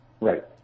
right